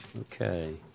Okay